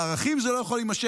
בערכים זה לא יכול להימשך.